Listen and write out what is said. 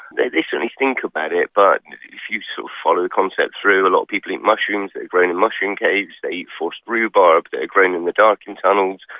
they they certainly think about it, but if you so follow the concept through, a lot of people eat mushrooms that are grown in mushroom caves, they eat forced rhubarb that are grown in the dark in tunnels.